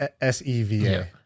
S-E-V-A